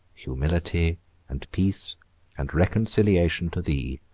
humility and peace and reconciliation to thee,